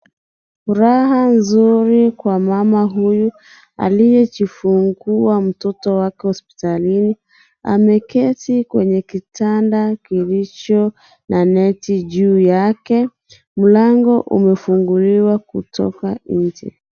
Furaha nzuri kwa mama huyu aliyejifungua mtoto wake hospitalini. Ameketi kwenye kitanda kilicho na neti juu yake, mlango umefunguliwa kutoka nje.